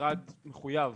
והמשרד מחויב